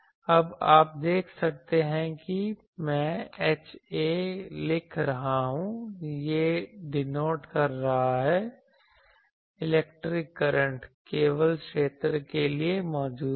अब आप देखते हैं कि मैं HA लिख रहा हूं यह डिनोट कर रहा है कि इलेक्ट्रिक करंट केवल क्षेत्र के लिए मौजूद है